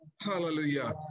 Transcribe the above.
Hallelujah